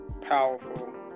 powerful